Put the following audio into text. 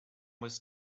was